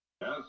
Yes